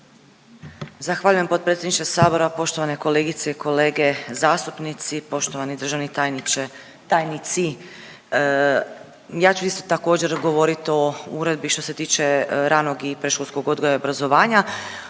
Zahvaljujem potpredsjedniče sabora. Poštovane kolegice i kolege zastupnici, poštovani državni tajniče, tajnici, ja ću isto također govorit o Uredbi što se tiče ranog i predškolskog odgoja i obrazovanja.